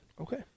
Okay